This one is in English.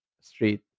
street